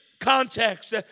Context